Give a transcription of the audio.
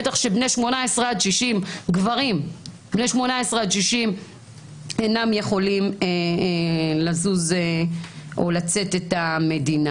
בטח גברים בני 18 עד 60 שאינם יכולים לצאת את המדינה.